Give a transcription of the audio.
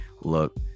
look